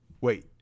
Wait